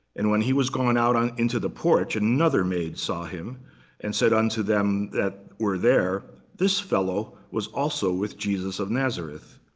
and when he was going out into the porch, another maid saw him and said unto them that were there, this fellow was also with jesus of nazareth.